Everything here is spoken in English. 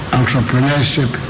entrepreneurship